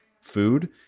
food